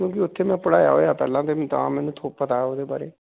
ਕਿਉਂਕਿ ਉੱਥੇ ਮੈਂ ਪੜ੍ਹਾਇਆ ਹੋਇਆ ਪਹਿਲਾਂ ਅਤੇ ਤਾਂ ਮੈਨੂੰ ਪਤਾ ਉਹਦੇ ਬਾਰੇ